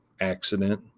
accident